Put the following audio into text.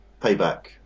payback